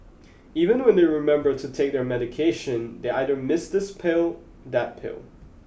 even when they remember to take their medication they either miss this pill that pill